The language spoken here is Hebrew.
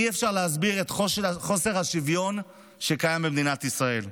אי-אפשר להסביר את חוסר השוויון שקיים במדינת ישראל.